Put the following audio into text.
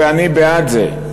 ואני בעד זה,